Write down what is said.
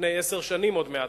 לפני עשר שנים עוד מעט,